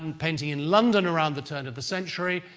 and painting in london around the turn of the century,